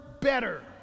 better